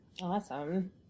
Awesome